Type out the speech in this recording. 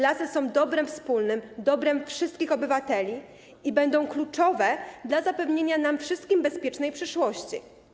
Lasy są dobrem wspólnym, dobrem wszystkich obywateli i będą kluczowe dla zapewnienia nam wszystkim bezpiecznej przyszłości.